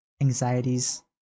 anxieties